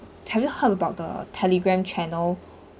have you heard about the telegram channel